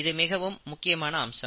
இது மிகவும் முக்கியமான அம்சம்